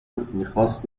میخواست